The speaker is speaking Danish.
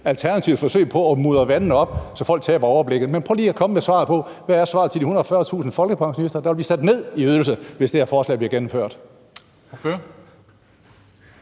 Alternativets forsøg på at mudre vandene op, så folk taber overblikket. Men prøv lige at komme med svaret på: Hvad er svaret til de 140.000 folkepensionister, der vil blive sat ned i ydelse, hvis det her forslag bliver gennemført?